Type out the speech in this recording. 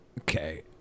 Okay